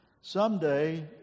Someday